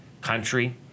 country